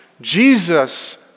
jesus